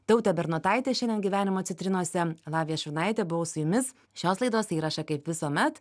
tautė bernotaitė šiandien gyvenimo citrinose latvija šiurnaitė buvau su jumis šios laidos įrašą kaip visuomet